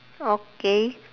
okay